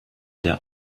der